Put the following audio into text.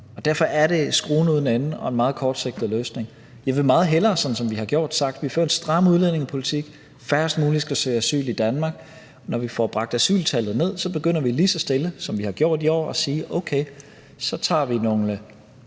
Derfor er det skruen uden ende og en meget kortsigtet løsning. Jeg vil meget hellere, sådan som vi har gjort, sige, at vi fører en stram udlændingepolitik – færrest mulige skal søge asyl i Danmark. Når vi får bragt asyltallet ned, begynder vi lige så stille, som vi har gjort i år, at modtage nogle